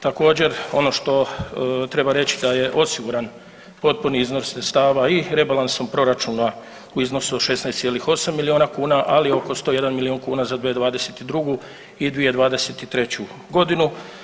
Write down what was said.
Također ono što treba reći da je osiguran potpuni iznos sredstava i rebalansom proračuna u iznosu od 16,8 milijuna kuna, ali oko 101 milijun kuna za 2022. i 2023. godinu.